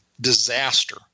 disaster